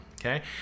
okay